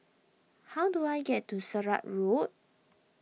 how do I get to Sirat Road